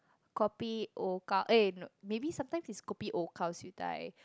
kopi O gao eh no maybe sometimes it's kopi O gao siew dai